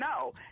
no